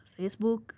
Facebook